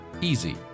Easy